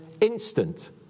instant